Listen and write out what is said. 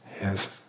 Yes